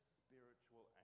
spiritual